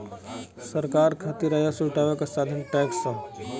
सरकार खातिर राजस्व जुटावे क साधन टैक्स हौ